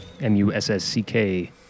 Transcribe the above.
M-U-S-S-C-K